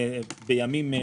האירוע בימים היה